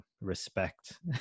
respect